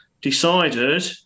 decided